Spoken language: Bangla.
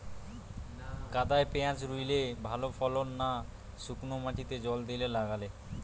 কাদায় পেঁয়াজ রুইলে ভালো ফলন না শুক্নো মাটিতে জল দিয়ে লাগালে?